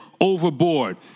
overboard